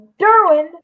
Derwin